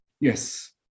Yes